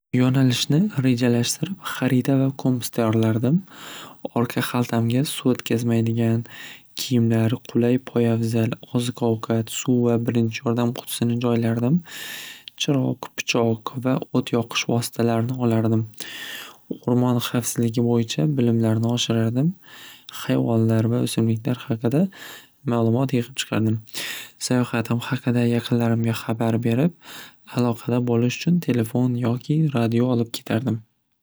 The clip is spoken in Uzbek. Yo'nalishni rejalashtirib xarita va kompas tayyorlardim orqa haltamga suv o'tkazmaydigan kiyimlar qulay poyabzal oziq ovqat suv va birinchi yordam qutisini joylardim chiroq pichoq va o't yoqish vositalarini olardim o'rmon xavfsizligi bo'yicha bilimlarni oshirardim hayvonlar va o'simlik haqida ma'lumot yig'ib chiqardim sayohatim haqida yaqinlarimga xabar berib aloqada bo'lish uchun telefon yoki radio olib ketadim.